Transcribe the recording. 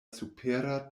supera